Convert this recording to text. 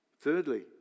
Thirdly